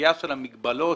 הסוגיה של המגבלות